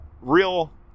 real